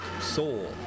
soul